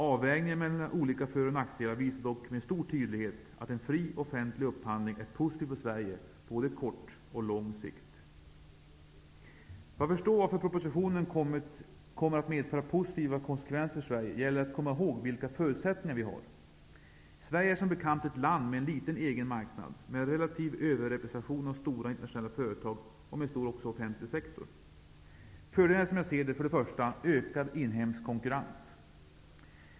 Avvägningen mellan olika för och nackdelar visar dock med stor tydlighet att en fri offentlig upphandling är positiv för Sverige på både kort och lång sikt. För att förstå varför propositionen kommer att medföra positiva konsekvenser för Sverige gäller det att komma ihåg vilka förutsättningar vårt land har. Sverige är som bekant ett land med en liten egen marknad med en relativ överrepresentation av stora internationella företag och med en stor offentlig sektor. Fördelarna är, som jag ser det, för det första ökad inhemsk konkurrens.